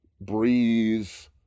Breeze